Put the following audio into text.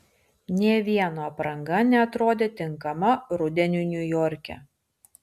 nė vieno apranga neatrodė tinkama rudeniui niujorke